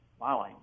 wow